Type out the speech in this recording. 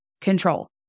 control